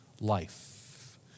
life